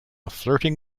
flirting